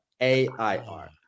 A-I-R